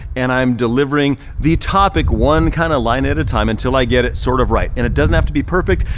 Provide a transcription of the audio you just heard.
and i'm delivering the topic one kinda line at a time until i get it sort of right, and it doesn't have to be perfect.